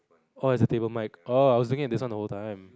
oh it's a table mic orh I was doing in this one the whole time